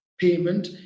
payment